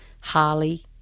Harley